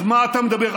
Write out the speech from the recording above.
אז מה אתה מדבר?